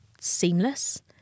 seamless